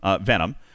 venom